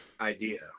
idea